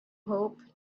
hope